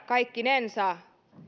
kaikkinensa